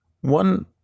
One